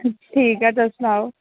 ठीक ऐ तुस सनाओ